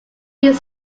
said